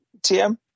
TM